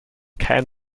kein